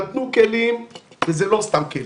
נתנו כלים וזה לא סתם כלים.